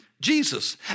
Jesus